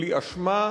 בלי אשמה,